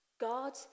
God